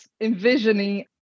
envisioning